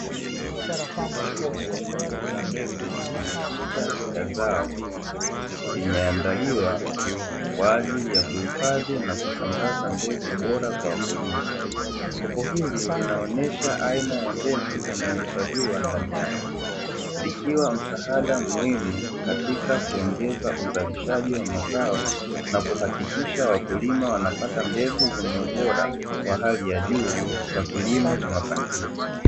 Kopo la mbegu lenye picha ya zao limeandaliwa kwa ajili ya kuhifadhi na kusambaza mbegu bora kwa wakulima, kopo hili linaonyesha aina ya mbegu inayohifadhiwa ndani yake likiwa msaada muhimu katika kuongeza uzalishaji wa mazao na kuhakikisha wakulima wanapata mbegu zenye ubora wa juu kwa kilimo cha mafanikio.